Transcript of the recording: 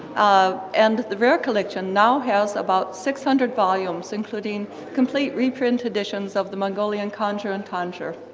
ah and the rare collection now has about six hundred volumes, including complete reprint editions of the mongolian kanjur and tanjur.